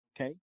okay